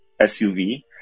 SUV